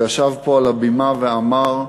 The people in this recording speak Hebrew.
הוא ישב פה על הבימה ואמר: